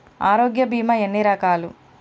ఆరోగ్య బీమా ఎన్ని రకాలు?